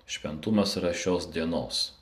šventumas yra šios dienos